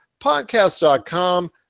Podcast.com